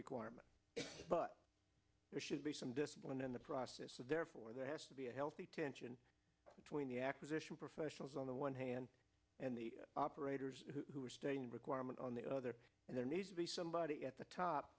requirement but there should be some discipline in the process so therefore there has to be a healthy tension between the acquisition professionals on the one hand and the operators who are staying in requirement on the other and there needs to be somebody at the top